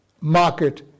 market